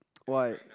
why